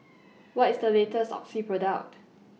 What IS The latest Oxy Product